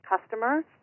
customer